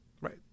Right